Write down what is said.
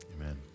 Amen